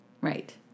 right